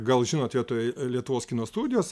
gal žinot vietoj lietuvos kino studijos